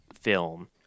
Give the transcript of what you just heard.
film